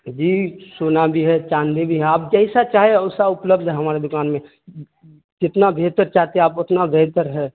جی سونا بھی ہے چاندی بھی ہے آپ جیسا چاہیں ویسا اپلبدھ ہے ہمارے دکان میں جتنا بہتر چاہتے ہیں آپ اتنا بہتر ہے